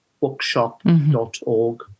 bookshop.org